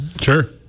Sure